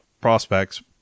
prospects